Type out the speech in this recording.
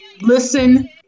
listen